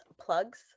plugs